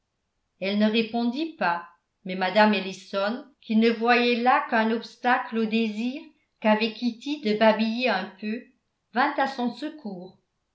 elle ne répondit pas mais mme ellison qui ne voyait là qu'un obstacle au désir qu'avait kitty de babiller un peu vint à son secours